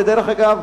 ודרך אגב,